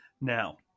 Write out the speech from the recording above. Now